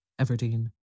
Everdeen